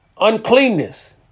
uncleanness